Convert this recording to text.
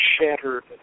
shattered